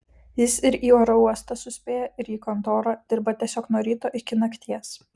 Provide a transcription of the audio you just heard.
jis ir į uostą suspėja ir į kontorą dirba tiesiog nuo ryto iki nakties